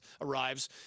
arrives